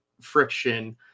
friction